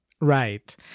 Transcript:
Right